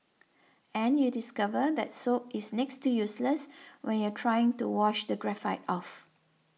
and you discover that soap is next to useless when you're trying to wash the graphite off